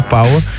Power